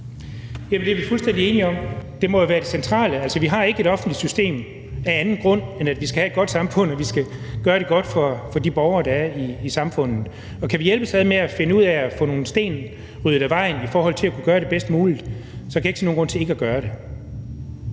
det er vi fuldstændig enige om. Det må jo være det centrale. Altså, vi har ikke et offentligt system af anden grund, end at vi skal have et godt samfund og vi skal gøre det godt for de borgere, der er i samfundet, og kan vi hjælpes ad med at finde ud af at få nogle sten ryddet af vejen i forhold til at kunne gøre det bedst muligt, kan jeg ikke se nogen grund til ikke at gøre det.